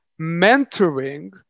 mentoring